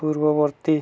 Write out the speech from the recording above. ପୂର୍ବବର୍ତ୍ତୀ